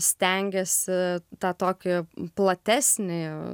stengiasi tą tokį platesnį